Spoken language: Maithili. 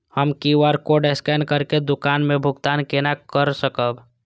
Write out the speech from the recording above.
हम क्यू.आर कोड स्कैन करके दुकान में भुगतान केना कर सकब?